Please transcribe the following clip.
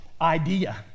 idea